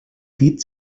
dit